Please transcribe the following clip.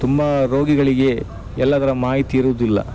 ತುಂಬ ರೋಗಿಗಳಿಗೆ ಎಲ್ಲದರ ಮಾಹಿತಿ ಇರುವುದಿಲ್ಲ